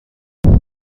چگونه